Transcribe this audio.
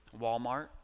Walmart